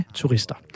turister